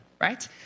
right